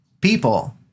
people